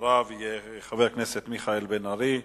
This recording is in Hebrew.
ואחריו יהיו חברי הכנסת מיכאל בן-ארי,